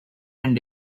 and